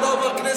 הוא לא עבר כנסת,